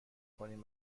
کنیم